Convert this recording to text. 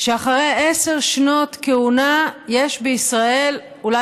שאחרי עשר שנות כהונה יש בישראל אולי